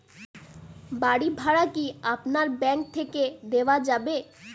বাড়ী ভাড়া কি আপনার ব্যাঙ্ক থেকে দেওয়া যাবে?